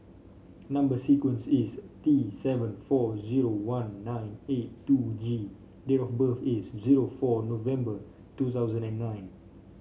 number sequence is T seven four zero one nine eight two G date of birth is zero four November two thousand and nine